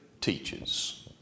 Teaches